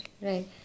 right